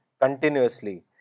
continuously